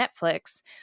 Netflix